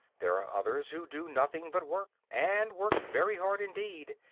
there are others who do nothing but work, and work very hard indeed,